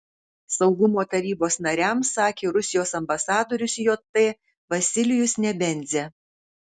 saugumo tarybos nariams sakė rusijos ambasadorius jt vasilijus nebenzia